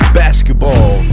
basketball